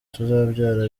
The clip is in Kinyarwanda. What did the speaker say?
tuzabyara